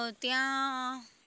ત્યાં